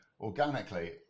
organically